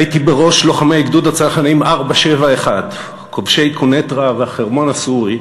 ראיתי בראש לוחמי גדוד הצנחנים 471 כובשי קוניטרה והחרמון הסורי